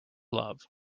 love